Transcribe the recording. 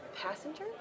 Passenger